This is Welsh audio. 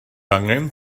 angen